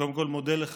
קודם כול, אני מודה לך.